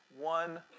one